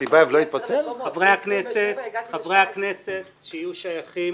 חברי הכנסת שיהיו שייכים